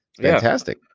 fantastic